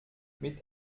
mit